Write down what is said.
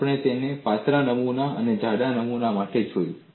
આપણે તેને પાતળા નમૂના અને જાડા નમૂના માટે જોયું છે